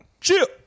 chill